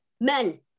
men